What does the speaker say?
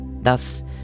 Thus